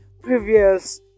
previous